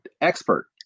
expert